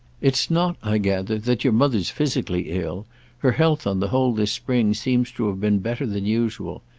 it's not, i gather, that your mother's physically ill her health, on the whole, this spring, seems to have been better than usual.